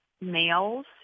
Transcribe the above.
males